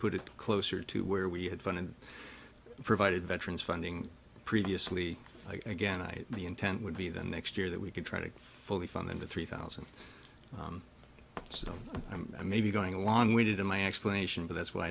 put it closer to where we had fun and provided veterans funding previously again i the intent would be the next year that we could try to fully fund the three thousand so i may be going along we did in my explanation but that's why